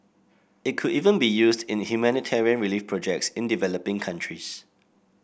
it could even be used in humanitarian relief projects in developing countries